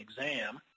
exam